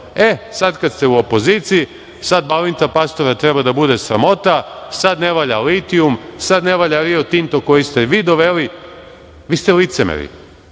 sada, kad ste u opoziciji, sada Balinta Pastora treba da bude sramota, sada ne valja litijum, sada ne valja Rio Tinto koji ste vi doveli. Vi ste licemeri.